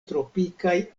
tropikaj